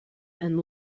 and